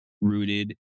rooted